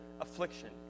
affliction